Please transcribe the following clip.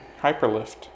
hyperlift